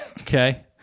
okay